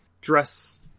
dress